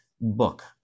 book